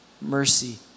mercy